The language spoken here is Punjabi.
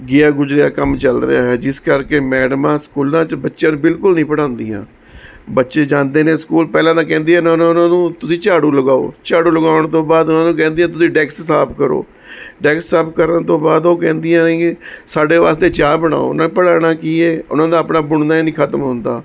ਗਿਆ ਗੁਜ਼ਰਿਆ ਕੰਮ ਚੱਲ ਰਿਹਾ ਹੈ ਜਿਸ ਕਰਕੇ ਮੈਡਮਾਂ ਸਕੂਲਾਂ 'ਚ ਬੱਚਿਆਂ ਨੂੰ ਬਿਲਕੁਲ ਨਹੀਂ ਪੜ੍ਹਾਉਂਦੀਆਂ ਬੱਚੇ ਜਾਂਦੇ ਨੇ ਸਕੂਲ ਪਹਿਲਾਂ ਤਾਂ ਕਹਿੰਦੀਆਂ ਇਨ੍ਹਾਂ ਨੂੰ ਉਨ੍ਹਾਂ ਨੂੰ ਤੁਸੀਂ ਝਾੜੂ ਲਗਾਓ ਝਾੜੂ ਲਗਾਉਣ ਤੋਂ ਬਾਅਦ ਉਨ੍ਹਾਂ ਨੂੰ ਕਹਿੰਦੀਆਂ ਤੁਸੀਂ ਡੇਕਸ ਸਾਫ ਕਰੋ ਡੈਕਸ ਸਾਫ ਕਰਨ ਤੋਂ ਬਾਅਦ ਉਹ ਕਹਿੰਦੀਆਂ ਕਿ ਸਾਡੇ ਵਾਸਤੇ ਚਾਹ ਬਣਾਓ ਉਨ੍ਹਾਂ ਪੜ੍ਹਾਉਣਾ ਕੀ ਹੈ ਉਹਨਾਂ ਦਾ ਆਪਣਾ ਬੁਣਨਾ ਹੀ ਨਹੀਂ ਖਤਮ ਹੁੰਦਾ